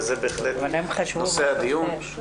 וזה בהחלט נושא הדיון.